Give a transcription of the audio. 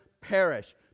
perish